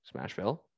smashville